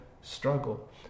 struggle